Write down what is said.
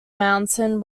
mountain